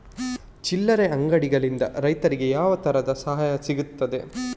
ಚಿಲ್ಲರೆ ಅಂಗಡಿಗಳಿಂದ ರೈತರಿಗೆ ಯಾವ ತರದ ಸಹಾಯ ಸಿಗ್ತದೆ?